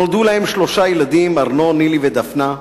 נולדו להם שלושה ילדים: ארנון, נילי ודפנה.